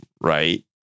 right